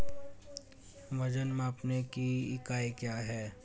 वजन मापने की इकाई क्या है?